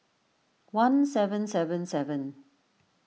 one seven seven seven